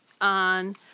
on